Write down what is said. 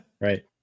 right